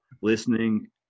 listening